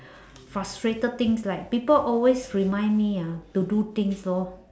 frustrated things like people always remind me ah to do things lor